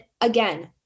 again